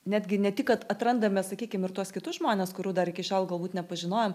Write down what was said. netgi ne tik kad atrandame sakykim ir tuos kitus žmones kurių dar iki šiol galbūt nepažinojom